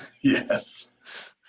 Yes